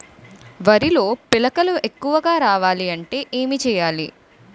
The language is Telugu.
వరిలో పిలకలు ఎక్కువుగా రావాలి అంటే ఏంటి చేయాలి?